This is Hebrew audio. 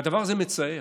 והדבר הזה מצער,